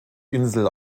insel